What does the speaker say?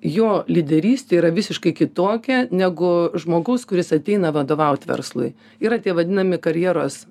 jo lyderystė yra visiškai kitokia negu žmogaus kuris ateina vadovaut verslui yra tie vadinami karjeros